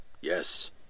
Yes